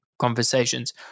conversations